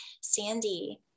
Sandy